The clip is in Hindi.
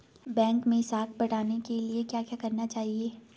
बैंक मैं साख बढ़ाने के लिए क्या क्या करना चाहिए?